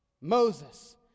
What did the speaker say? Moses